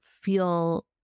feel